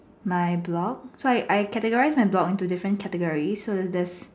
my blog so so I categorize my blog into different categories so there is